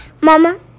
Mama